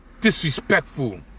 disrespectful